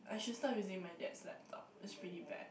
I should stop using my dad's laptop it's pretty bad